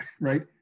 right